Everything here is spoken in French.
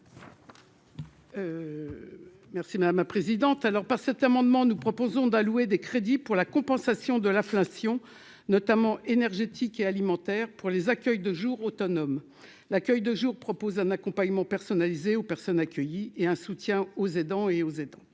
Merci madame la présidente, alors par cet amendement, nous proposons d'allouer des crédits pour la compensation de l'inflation, notamment énergétiques et alimentaires pour les accueils de jour autonomes, l'accueil de jour, propose un accompagnement personnalisé aux personnes accueillies et un soutien aux aidants, et aux attentes